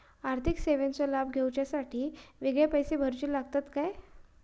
आर्थिक सेवेंचो लाभ घेवच्यासाठी वेगळे पैसे भरुचे लागतत काय?